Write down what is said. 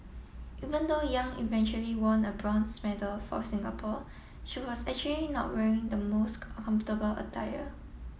even though Yang eventually won a bronze medal for Singapore she was actually not wearing the most comfortable attire